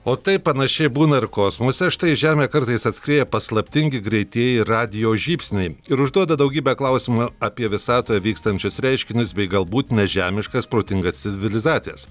o taip panašiai būna ir kosmose štai į žemę kartais atskrieja paslaptingi greitieji radijo žybsniai ir užduoda daugybę klausimų apie visatoje vykstančius reiškinius bei galbūt nežemiškas protingas civilizacijas